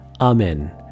Amen